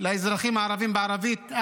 לאזרחים הערבים בערבית.